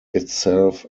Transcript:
itself